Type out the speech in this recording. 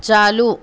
چالو